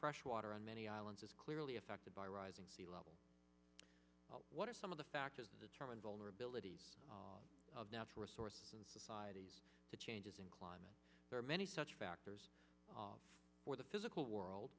fresh water on many islands is clearly affected by rising sea level what are some of the factors that determine vulnerabilities of natural resources and societies the changes in climate there are many such factors for the physical world